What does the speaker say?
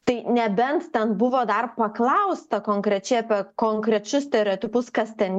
tai nebent ten buvo dar paklausta konkrečiai apie konkrečius stereotipus kas ten